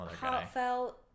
heartfelt